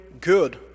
good